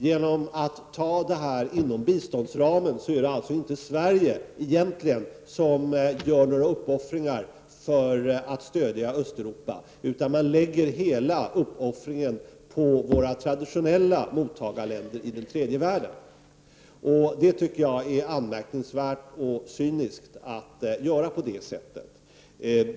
Genom att ta dessa resurser ur biståndsramen gör egentligen inte Sverige några uppoffringar för att stödja Östeuropa. Hela uppoffringen läggs på våra traditionella mottagarländer i tredje världen. Det är anmärkningsvärt och cyniskt att göra på det sättet.